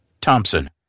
Thompson